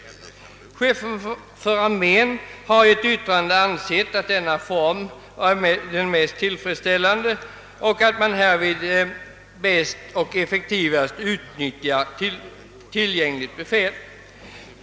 Chefen för armén har i ett yttrande uttalat att denna form är den mest tillfredsställande för ett effektivt utnyttjande av tillgängligt befäl.